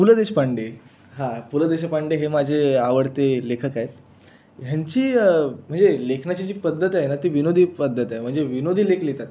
पु ल देशपांडे हां पु ल देशपांडे हे माझे आवडते लेखक आहेत ह्यांची म्हणजे लेखनाची जी पद्धत आहे ना ती विनोदी पद्धत आहे म्हणजे विनोदी लेख लिहितात